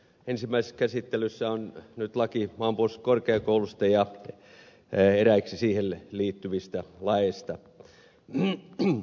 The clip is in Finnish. ensimmäisessä käsittelyssä on nyt laki maanpuolustuskorkeakoulusta ja eräiksi siihen liittyviksi laeiksi